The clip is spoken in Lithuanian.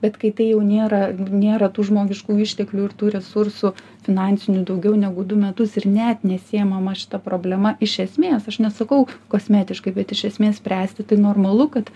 bet kai tai jau nėra nėra tų žmogiškųjų išteklių ir tų resursų finansinių daugiau negu du metus ir net nesiimama šita problema iš esmės aš nesakau kosmetiškai bet iš esmės spręsti tai normalu kad